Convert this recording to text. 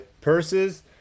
purses